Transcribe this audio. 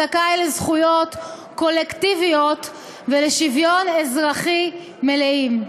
הזכאי לזכויות קולקטיביות ולשוויון אזרחי מלאים".